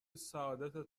سعادتت